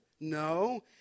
No